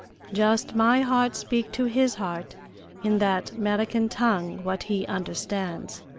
just my heart speak to his heart in that merican tongue what he understands.